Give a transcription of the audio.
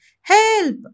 Help